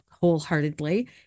wholeheartedly